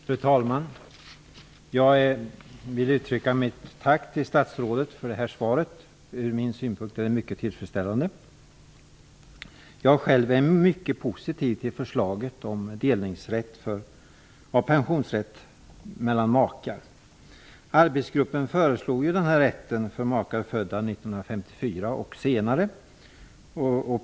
Fru talman! Jag vill uttrycka mitt tack till statsrådet för svaret. Ur min synvinkel är svaret mycket tillfredsställande. Själv är jag mycket positiv till förslaget om delning av pensionsrätt mellan makar. Arbetsgruppen föreslog denna rätt för makar födda år 1954 och senare.